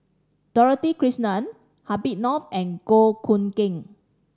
Dorothy Krishnan Habib Noh and Goh Hood Keng